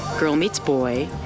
girl meets boy,